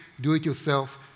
do-it-yourself